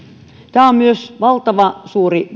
tämä on myös valtavan suuri